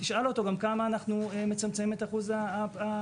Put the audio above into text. ותשאל אותו כמה אנו מצמצמים את אחוז הגודש,